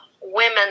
women